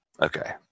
Okay